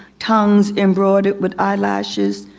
tongues embroidered with eyelashes.